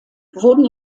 wurden